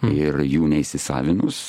ir jų neįsisavinus